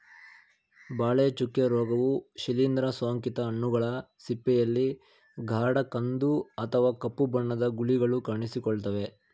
ಬಾಳೆ ಚುಕ್ಕೆ ರೋಗವು ಶಿಲೀಂದ್ರ ಸೋಂಕಿತ ಹಣ್ಣುಗಳ ಸಿಪ್ಪೆಯಲ್ಲಿ ಗಾಢ ಕಂದು ಅಥವಾ ಕಪ್ಪು ಬಣ್ಣದ ಗುಳಿಗಳು ಕಾಣಿಸಿಕೊಳ್ತವೆ